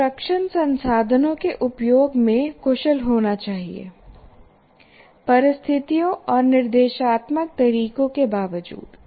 instruction संसाधनों के उपयोग में कुशल होना चाहिए परिस्थितियों और निर्देशात्मक तरीकों के बावजूद